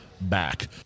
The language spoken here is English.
back